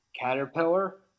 Caterpillar